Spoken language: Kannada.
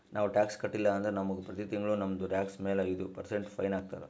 ನಾವು ಟ್ಯಾಕ್ಸ್ ಕಟ್ಟಿಲ್ಲ ಅಂದುರ್ ನಮುಗ ಪ್ರತಿ ತಿಂಗುಳ ನಮ್ದು ಟ್ಯಾಕ್ಸ್ ಮ್ಯಾಲ ಐಯ್ದ ಪರ್ಸೆಂಟ್ ಫೈನ್ ಹಾಕ್ತಾರ್